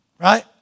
Right